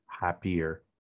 happier